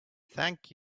thank